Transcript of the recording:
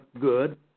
good